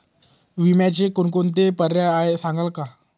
विम्याचे कोणकोणते पर्याय आहेत सांगाल का?